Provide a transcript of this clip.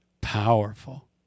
powerful